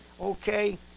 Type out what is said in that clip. Okay